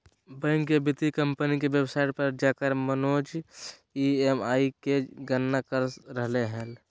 bank या वित्तीय company के वेबसाइट पर जाकर मनोज ई.एम.आई के गणना कर रहलय हल